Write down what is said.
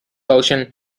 ocean